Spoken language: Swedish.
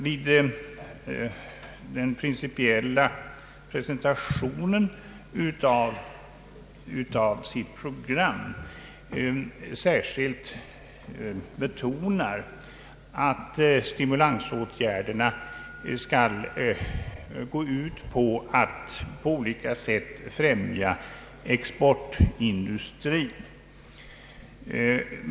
Vid den principiella presentationen av programmet betonar statsrådet särskilt att stimulansåtgärderna skall syfta till att på olika sätt främja exporten.